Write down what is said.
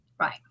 Right